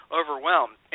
overwhelmed